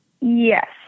Yes